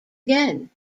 again